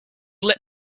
let